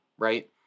Right